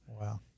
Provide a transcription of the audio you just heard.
Wow